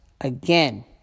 again